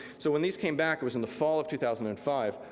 so when these came back, it was in the fall of two thousand and five,